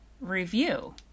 review